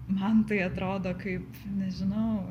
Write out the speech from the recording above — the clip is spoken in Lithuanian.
man tai atrodo kaip nežinau